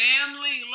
Family